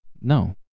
No